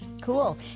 Cool